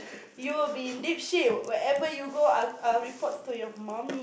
you will be in deep ship wherever you go I I'll report to your mummy